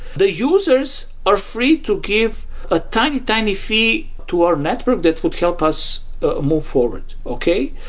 the users are free to give a tiny, tiny fee to our network that would help us move forward, okay?